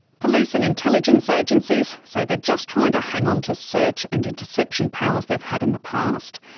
police and intelligence agencies say they're just trying to hang on to search and interception powers they've had in the past.